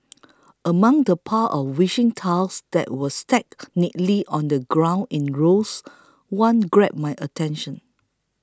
among the pile of wishing tiles that were stacked neatly on the ground in rows one grabbed my attention